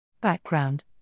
Background